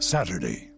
Saturday